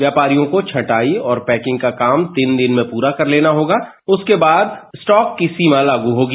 व्यापारियों को छंटाई और पैकिंग का काम तीन दिन में पूरा कर लेना होगा उसके बाद स्टॉक की सीमा लागू होगी